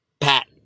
Pat